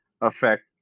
affect